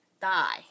die